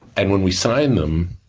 and, when we signed them,